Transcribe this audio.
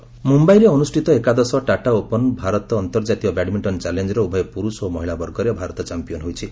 badminton ମୁମ୍ବାଇରେ ଅନୁଷ୍ଠିତ ଏକାଦଶ ଟାଟା ଓପନ୍ ଭାରତ ଅନ୍ତର୍ଜାତୀୟ ବ୍ୟାଡ୍ମିଣ୍ଟନ୍ ଚ୍ୟାଲେଞ୍ର ଉଭୟ ପୁରୁଷ ଓ ମହିଳା ବର୍ଗରେ ଭାରତ ଚାମ୍ପିୟନ୍ ହୋଇଛି